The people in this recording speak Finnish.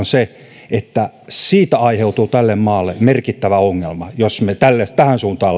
se että siitä aiheutuu tälle maalle merkittävä ongelma jos me tähän suuntaan